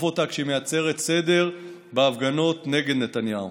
אותה כשהיא מייצרת סדר בהפגנות נגד נתניהו,